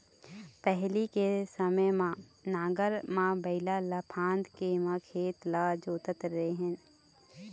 पहिली के समे म नांगर म बइला ल फांद के म खेत ल जोतत रेहेन